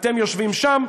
אתם יושבים שם,